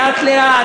לאט-לאט,